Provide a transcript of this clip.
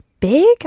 Big